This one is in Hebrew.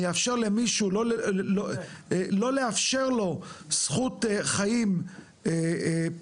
אני אאפשר למישהו לא לאפשר לו זכות חיים בסיסית,